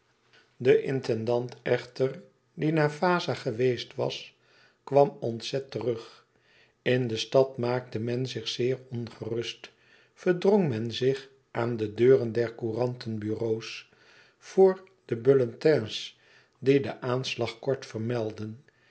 de intendant echter die naar vaza geweest was kwam ontzet terug in de stad maakte men zich zeer ongerust verdrong men zich aan de deuren der courantenbureaux voor de bulletins die den aanslag kort vermeldden